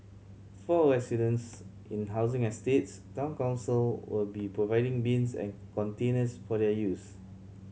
for residents in housing estates Town Council will be providing bins and containers for their use